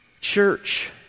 Church